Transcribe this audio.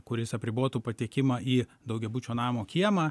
kuris apribotų patekimą į daugiabučio namo kiemą